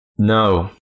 No